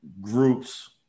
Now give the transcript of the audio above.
groups